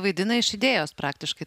vaidina iš idėjos praktiškai